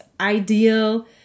ideal